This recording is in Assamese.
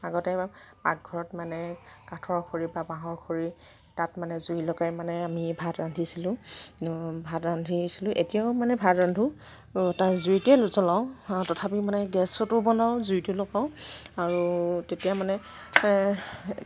আগতে এবাৰ পাকঘৰত মানে কাঠৰ খৰি বা বাঁহৰ খৰি তাত মানে জুই লগাই মানে আমি ভাত ৰান্ধিছিলোঁ ভাত ৰান্ধিছিলোঁ এতিয়াও মানে ভাত ৰান্ধোঁ তাৰ জুইতেই জলাওঁ তথাপিও মানে গেছতো বনাওঁ জুইতো লগাওঁ আৰু তেতিয়া মানে